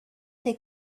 they